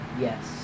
Yes